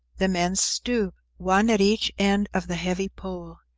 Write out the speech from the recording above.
the men stoop, one at each end of the heavy pole.